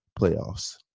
playoffs